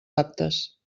aptes